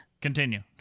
Continue